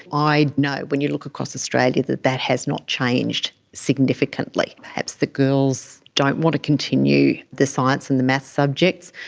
i know when you look across australia that that has not changed significantly. perhaps the girls don't want to continue the science and the maths subjects.